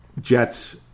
Jets